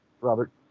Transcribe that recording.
Robert